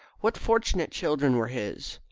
what fortunate children were his!